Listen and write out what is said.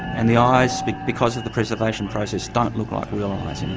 and the eyes because of the preservation process don't look like real eyes.